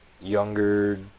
younger